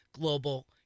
global